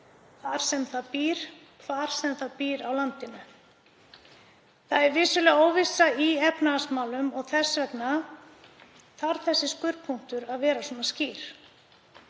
að sömu þjónustu hvar sem það býr á landinu. Það er vissulega óvissa í efnahagsmálum og þess vegna þarf þessi skurðpunktur að vera svona skýr.